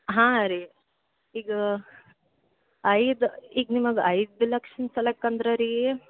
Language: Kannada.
ಹಾಂ ರೀ ಈಗ ಐದು ಈಗ ನಿಮಗೆ ಐದು ಲಕ್ಷದ ಸಲ್ವಾಗಿ ಅಂದ್ರೆ ರೀ